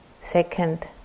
Second